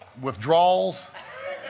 withdrawals